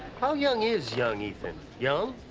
how young is young ethan? young?